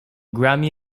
grammy